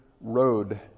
road